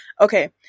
Okay